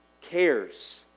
cares